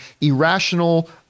irrational